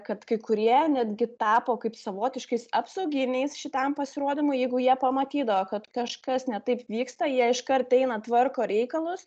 kad kai kurie netgi tapo kaip savotiškais apsauginiais šitam pasirodymui jeigu jie pamatydavo kad kažkas ne taip vyksta jie iškart eina tvarko reikalus